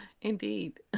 Indeed